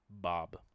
Bob